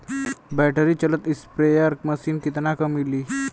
Battery चलत sprayer machine कितना क मिली?